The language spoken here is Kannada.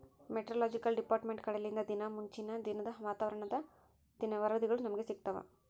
ಮೆಟೆರೊಲೊಜಿಕಲ್ ಡಿಪಾರ್ಟ್ಮೆಂಟ್ ಕಡೆಲಿಂದ ದಿನಾ ಮುಂಚಿನ ದಿನದ ವಾತಾವರಣ ವರದಿಗಳು ನಮ್ಗೆ ಸಿಗುತ್ತವ